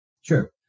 Sure